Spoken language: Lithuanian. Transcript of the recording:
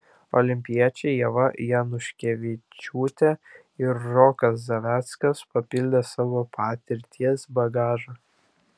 olimpiečiai ieva januškevičiūtė ir rokas zaveckas papildė savo patirties bagažą